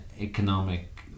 economic